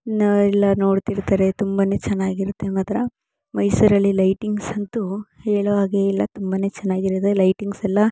ಇನ್ನು ಎಲ್ಲ ನೋಡ್ತಿರ್ತಾರೆ ತುಂಬನೇ ಚೆನ್ನಾಗಿರುತ್ತೆ ಮಾತ್ರ ಮೈಸೂರಲ್ಲಿ ಲೈಟಿಂಗ್ಸ್ ಅಂತೂ ಹೇಳೋಹಾಗೇ ಇಲ್ಲ ತುಂಬನೇ ಚೆನ್ನಾಗಿರುತ್ತೆ ಲೈಟಿಂಗ್ಸ್ ಎಲ್ಲ